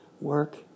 work